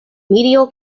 medial